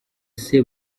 bose